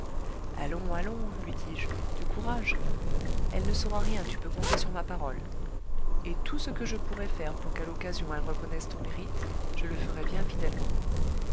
allons allons lui dis-je du courage elle ne saura rien tu peux compter sur ma parole et tout ce que je pourrai faire pour qu'à l'occasion elle reconnaisse ton mérite je le ferai bien fidèlement